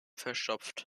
verstopft